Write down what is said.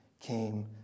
came